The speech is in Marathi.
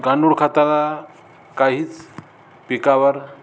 गांडूळ खताला काहीच पिकावर